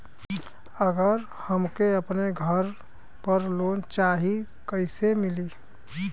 अगर हमके अपने घर पर लोंन चाहीत कईसे मिली?